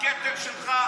הכתם שלך.